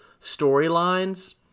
storylines